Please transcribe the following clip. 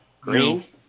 green